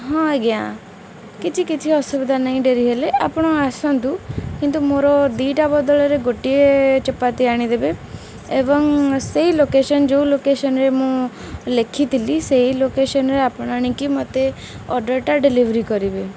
ହଁ ଆଜ୍ଞା କିଛି କିଛି ଅସୁବିଧା ନାହିଁ ଡେରି ହେଲେ ଆପଣ ଆସନ୍ତୁ କିନ୍ତୁ ମୋର ଦୁଇଟା ବଦଳରେ ଗୋଟିଏ ଚପାତି ଆଣିଦେବେ ଏବଂ ସେଇ ଲୋକେସନ୍ ଯେଉଁ ଲୋକେସନ୍ରେ ମୁଁ ଲେଖିଥିଲି ସେଇ ଲୋକେସନ୍ରେ ଆପଣ ଆଣିକି ମତେ ଅର୍ଡ଼ର୍ଟା ଡେଲିଭରି କରିବେ